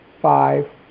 five